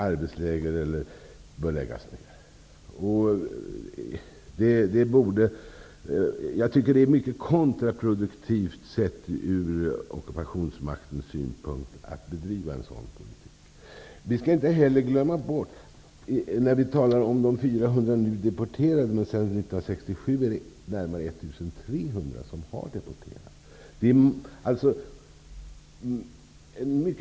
Alla sådana läger bör läggas ned. Det är mycket kontraproduktivt sett ur ockupationsmaktens synpunkt att bedriva en sådan politik. Vi talar nu om 400 som har deporterats. Men vi skall inte glömma bort att 1 300 personer har blivit deporterade sedan 1967.